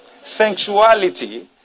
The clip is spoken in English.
sexuality